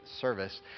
service